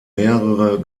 mehrere